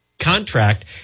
contract